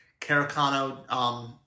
Caracano